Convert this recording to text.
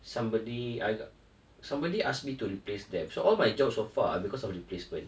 somebody I somebody asked me to replace them so all my job so far are because of replacement